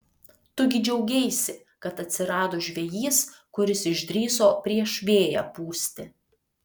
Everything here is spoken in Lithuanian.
tu gi džiaugeisi kad atsirado žvejys kuris išdrįso prieš vėją pūsti